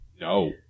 No